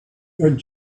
got